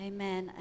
Amen